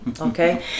Okay